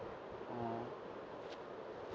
uh